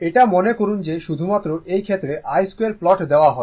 এটা মনে করুন যে শুধুমাত্র এই ক্ষেত্রে i2 প্লট দেওয়া হয়